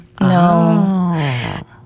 No